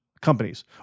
companies